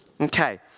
Okay